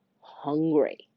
hungry